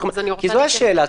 כי זו השאלה.